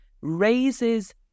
raises